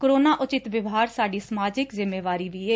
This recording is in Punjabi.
ਕੋਰੋਨਾ ਉਚਿਤ ਵਿਵਹਾਰ ਸਾਡੀ ਸਮਾਜਿਕ ਜਿੰਮੇਵਾਰੀ ਵੀ ਐ